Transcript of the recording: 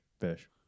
fish